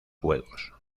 juegos